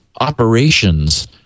operations